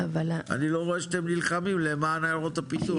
אני לא רואה שאתם נלחמים למען עיירות הפיתוח.